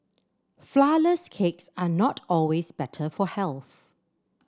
flourless cakes are not always better for health